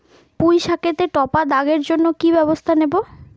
পুই শাকেতে টপা দাগের জন্য কি ব্যবস্থা নেব?